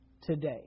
today